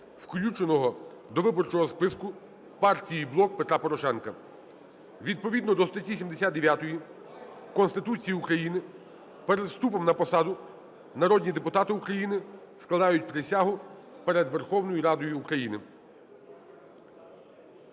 включеного до виборчого списку Партії "Блок Петра Порошенка". Відповідно до статті 79 Конституції України перед вступом на посаду народні депутати України складають присягу перед Верховною Радою України.